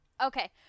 Okay